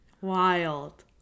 Wild